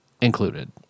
included